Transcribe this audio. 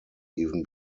even